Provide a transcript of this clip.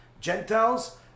Gentiles